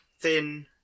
thin